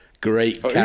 great